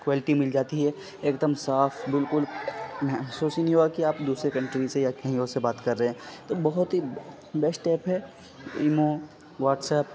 quality مل جاتی ہے ایک دم صاف بالکل محسوس ہی نہیں ہوگا کہ آپ دوسرے کنٹری سے یا کہیں اور سے بات کر رہے ہیں تو بہت ہی بیسٹ ایپ ہے ایمو واٹسیپ